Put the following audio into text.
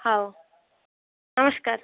ହଉ ନମସ୍କାର